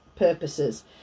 purposes